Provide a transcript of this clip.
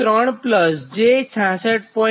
3 j 66